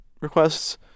requests